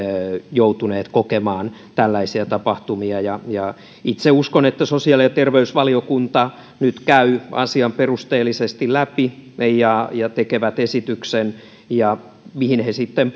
joutuneet kokemaan tällaisia tapahtumia itse uskon että sosiaali ja terveysvaliokunta nyt käy asian perusteellisesti läpi ja tekee esityksen ja sen mukaan sitten